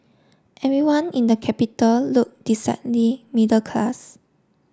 everyone in the capital look decidedly middle class